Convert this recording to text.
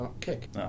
kick